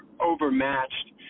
overmatched